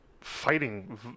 fighting